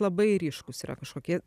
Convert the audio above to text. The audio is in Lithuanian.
labai ryškūs yra kažkokie